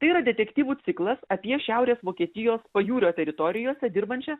tai yra detektyvų ciklas apie šiaurės vokietijos pajūrio teritorijose dirbančią